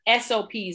SOPs